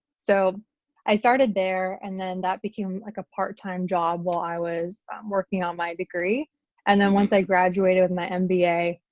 so i started there and then that became like a part-time job while i was working on my degree and then once i graduated with my mba,